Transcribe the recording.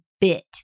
bit